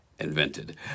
invented